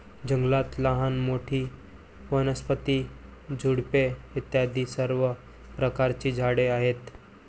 जंगलात लहान मोठी, वनस्पती, झुडपे इत्यादी सर्व प्रकारची झाडे आहेत